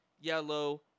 yellow